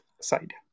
side